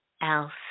else